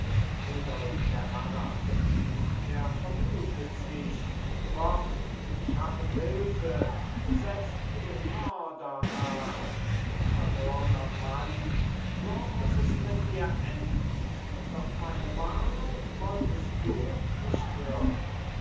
der harras er verblutet sich fort schaffet hilfe setzt dem mörder nach verlorner mann so muss es mit dir enden doch meine warnung wolltest du nicht hören